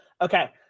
okay